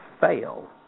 fail